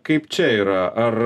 kaip čia yra ar